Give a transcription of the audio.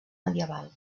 medieval